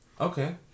Okay